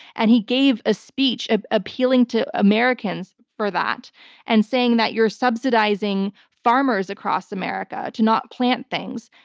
and he gave a speech ah appealing to americans for that and saying that you're subsidizing farmers across america to not plant things.